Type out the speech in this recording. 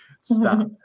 stop